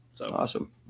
Awesome